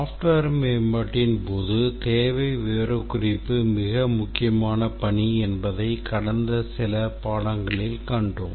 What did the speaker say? software மேம்பாட்டின் போது தேவை விவரக்குறிப்பு மிக முக்கியமான பணி என்பதை கடந்த சில பாடங்களில் கண்டோம்